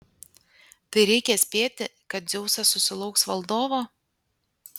tai reikia spėti kad dzeusas susilauks valdovo